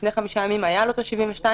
לפני חמישה ימים היו לו 72 שעות.